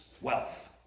wealth